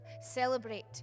celebrate